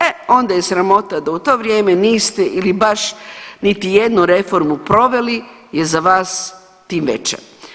E onda je sramota da u to vrijeme niste ili baš niti jednu reformu proveli je za vas tim veća.